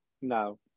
No